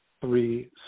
three